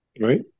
Right